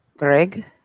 Greg